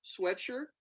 sweatshirt